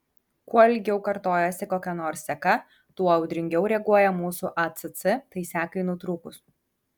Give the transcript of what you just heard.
kuo ilgiau kartojasi kokia nors seka tuo audringiau reaguoja jūsų acc tai sekai nutrūkus